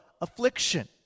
affliction